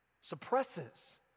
suppresses